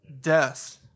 Death